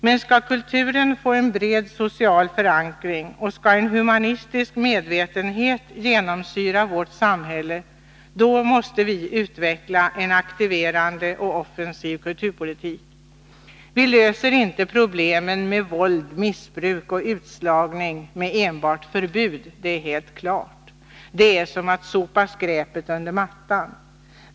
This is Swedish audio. Men skall kulturen få en bred social förankring och skall en humanistisk medvetenhet genomsyra vårt samhälle, måste vi utveckla en aktiverande och offensiv kulturpolitik. Vi löser inte problemen med våld, missbruk och utslagning med enbart förbud. Det är helt klart. Det är som att sopa skräpet under mattan.